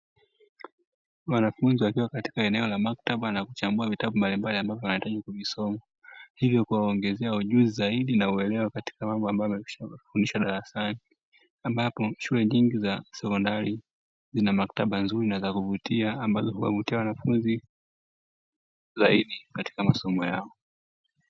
Wanafunzi wakiwa katika eneo la maktaba na kuchambua vitabu mbalimbali ambavyo wanahitaji kuvisoma, hivyo kuwaongezea ujuzi zaidi na uelewa katika mambo ambayo wanayofundishwa darasani ambapo shule nyingi za sekondari zina maktaba nzuri na za kuvutia ambazo mafunzo zaidi katika masomo yao.